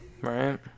right